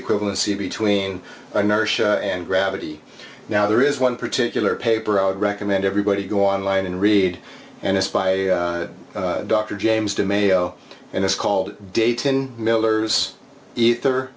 equivalency between inertia and gravity now there is one particular paper i would recommend everybody go online and read and it's by dr james de mayo and it's called dayton miller's ether